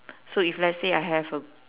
so if let's say I have a